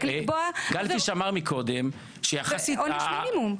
לקבוע --- גלבפיש אמר מקודם שיחסית --- עונש מינימום.